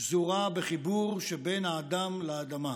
שזורה בחיבור שבין האדם לאדמה.